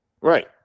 Right